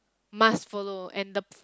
must follow and the